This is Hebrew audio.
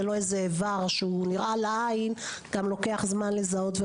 לא איבר שנראה לעין גם לוקח זמן לזהות.